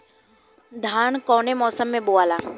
धान कौने मौसम मे बोआला?